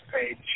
page